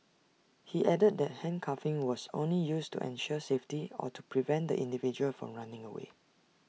he added that handcuffing was only used to ensure safety or to prevent the individual from running away